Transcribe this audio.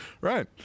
right